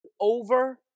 over